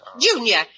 Junior